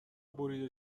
بریده